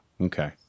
Okay